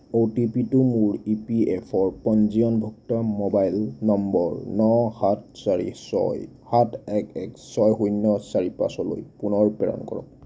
অ' T P টো মোৰ E P F অ' পঞ্জীয়নভুক্ত মোবাইল নম্বৰ ন সাত চাৰি ছয় সাত এক এক ছয় শূন্য চাৰি পাঁচলৈ পুনৰ প্ৰেৰণ কৰক